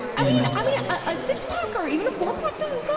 i mean i mean a six pack or even a four pack doesn't so